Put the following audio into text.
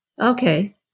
Okay